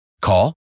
Call